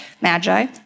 Magi